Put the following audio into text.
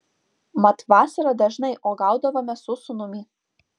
mat vasarą dažnai uogaudavome su sūnumi